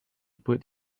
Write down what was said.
put